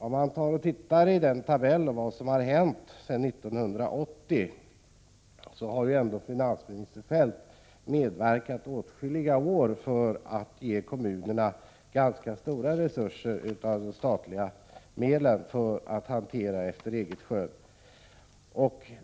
Om man tittar på de tabeller som visar vad som hänt sedan 1980 finner man att finansministern själv under åtskilliga år medverkat till att med statliga medel ge kommunerna ganska stora resurser att hantera efter eget skön.